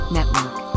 Network